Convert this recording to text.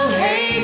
hey